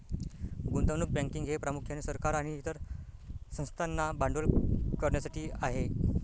गुंतवणूक बँकिंग हे प्रामुख्याने सरकार आणि इतर संस्थांना भांडवल करण्यासाठी आहे